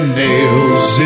nails